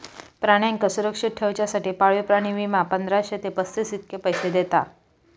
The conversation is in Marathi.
प्राण्यांका सुरक्षित ठेवच्यासाठी पाळीव प्राणी विमा, पंधराशे ते पस्तीसशे इतके पैशे दिता